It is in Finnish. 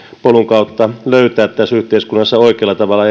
polun kautta löytää tässä yhteiskunnassa oikealla tavalla